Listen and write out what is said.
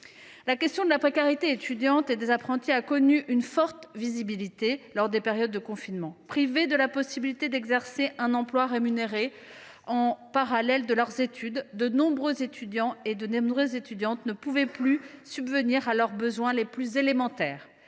La question de la précarité étudiante et des apprentis a connu une forte visibilité lors des périodes de confinement. Privés de la possibilité d’exercer un emploi rémunéré en parallèle de leurs études, de nombreux étudiants ne pouvaient plus subvenir à leurs besoins les plus élémentaires.